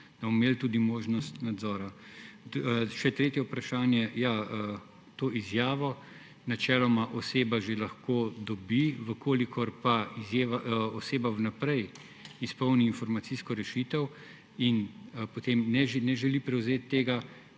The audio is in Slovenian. imeli tudi možnost nadzora. Še tretje vprašanje. Ja, to izjavo načeloma oseba že lahko dobi, v kolikor pa oseba vnaprej izpolni informacijsko rešitev in potem ne želi prevzeti tega,